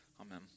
Amen